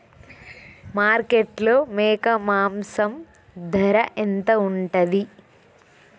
మార్కెట్లో మేక మాంసం ధర ఎంత ఉంటది?